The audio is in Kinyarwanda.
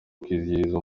kwizihiza